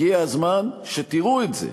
הגיע הזמן שתראו את זה.